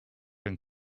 and